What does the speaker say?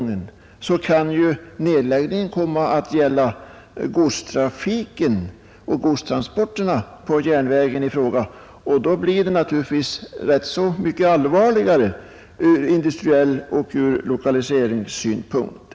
Nästa gång kan det nämligen vara fråga om att lägga ned godstrafiken på järnvägen i fråga, och då blir det ännu allvarligare ur industriell synpunkt och ur lokaliseringssynpunkt.